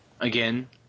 Again